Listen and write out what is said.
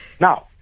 Now